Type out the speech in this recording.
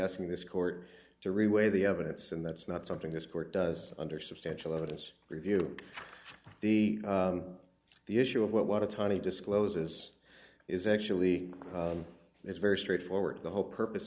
asking this court to reweigh the evidence and that's not something this court does under substantial evidence review the the issue of what a tiny discloses is actually it's very straightforward the whole purpose